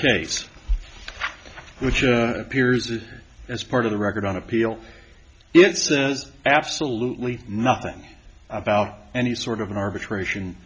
case which appears it as part of the record on appeal it says absolutely nothing about any sort of arbitration